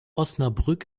osnabrück